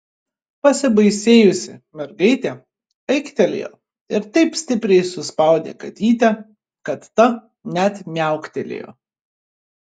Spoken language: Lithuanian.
pasibaisėjusi mergaitė aiktelėjo ir taip stipriai suspaudė katytę kad ta net miauktelėjo